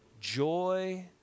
joy